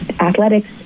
athletics